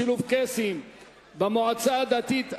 שילוב קייסים במועצה דתית),